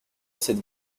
cette